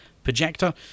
Projector